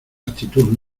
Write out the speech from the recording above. actitud